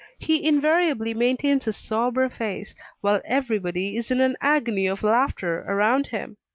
he invariably maintains a sober face while every body is in an agony of laughter around him.